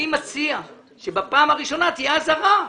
אני מציע שבפעם הראשונה תהיה אזהרה.